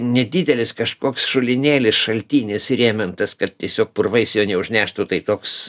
nedidelis kažkoks šulinėlis šaltinis įrėmintas kad tiesiog purvais jo neužneštų tai toks